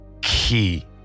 key